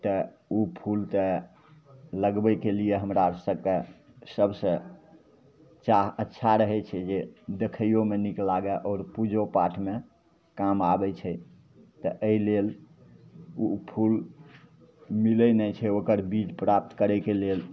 तऽ ओ फूल तऽ लगबैके लिए हमरा आओर सभकेँ सबसे चाह अच्छा रहै छै जे देखैओमे नीक लागै आओर पूजो पाठमे काम आबै छै तऽ एहि लेल ओ फूल मिलै नहि छै ओकर बीज प्राप्त करैके लेल